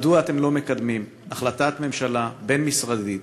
מדוע אתם לא מקדמים החלטת ממשלה בין-משרדית,